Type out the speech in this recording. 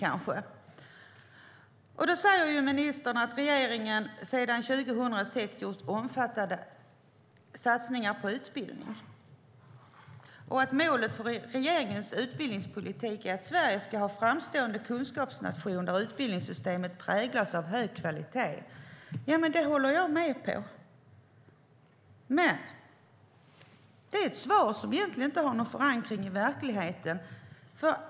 Ministern säger att regeringen "sedan 2006 gjort omfattande satsningar på utbildning" och att "målet för regeringens utbildningspolitik är att Sverige ska vara en framstående kunskapsnation där utbildningssystemet präglas av hög kvalitet". Det håller jag med om. Men det är ett svar som egentligen inte har någon förankring i verkligheten.